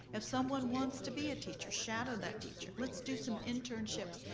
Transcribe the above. if someone wants to be a teacher, shadow that teacher. let's do some internships,